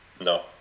no